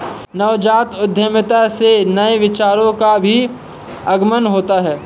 नवजात उद्यमिता से नए विचारों का भी आगमन होता है